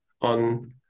on